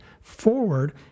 forward